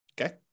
Okay